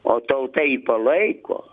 o tauta jį palaiko